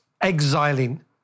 exiling